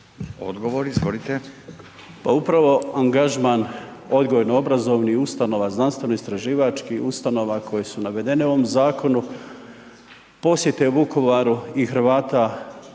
Željko (HDZ)** Pa upravo angažman odgojno obrazovnih ustanova, znanstveno istraživačkih ustanova koje su navedene u ovom zakonu, posjete Vukovaru i Hrvata